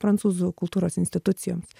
prancūzų kultūros institucijoms